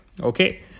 Okay